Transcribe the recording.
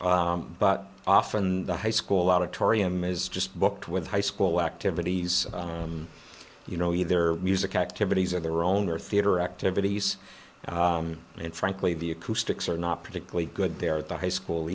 school but often the high school auditorium is just booked with high school activities you know either music activities or their own or theater activities and frankly the acoustics are not particularly good there at the high school